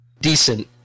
Decent